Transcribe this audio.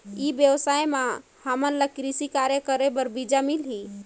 ई व्यवसाय म हामन ला कृषि कार्य करे बर बीजा मिलही?